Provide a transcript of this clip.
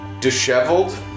disheveled